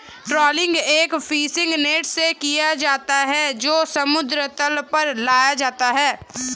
trawling एक fishing net से किया जाता है जो समुद्र तल पर लगाया जाता है